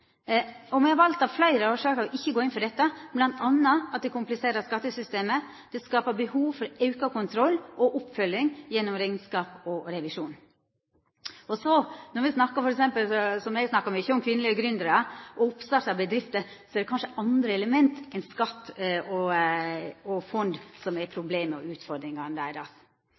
Me har av fleire årsaker valt å ikkje gå inn for dette, bl.a. at det kompliserer skattesystemet, og det skaper behov for auka kontroll og oppfølging gjennom rekneskap og revisjon. Og så: Når me t.d. snakkar om – som eg snakkar mykje om – kvinnelege gründerar og oppstart av bedrifter, er det kanskje andre element enn skatt og fond som er problemet og utfordringane